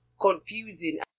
confusing